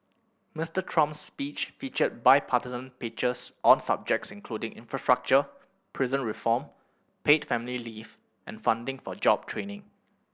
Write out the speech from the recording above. Mister Trump's speech featured bipartisan pitches on subjects including infrastructure prison reform paid family leave and funding for job training